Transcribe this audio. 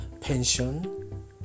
pension